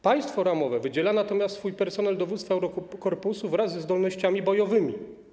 Państwo ramowe wydziela natomiast swój personel dowództwa Eurokorpusu wraz ze zdolnościami bojowymi.